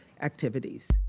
activities